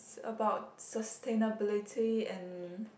it's about sustainability and